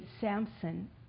Samson